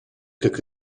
как